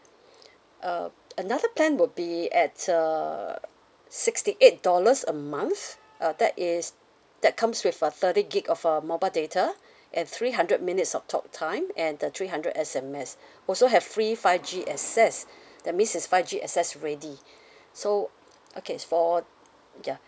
uh another plan would be at uh sixty eight dollars a month uh that is that comes with a thirty gig of uh mobile data and three hundred minutes of talk time and the three hundred S_M_S also have free five G access that means it's five G access ready so okay for ya